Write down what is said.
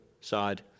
side